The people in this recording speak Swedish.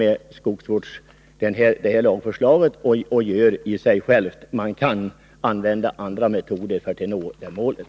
Resultatet har i själva verket inte med det att göra. Man kan använda andra metoder för att nå det önskade målet.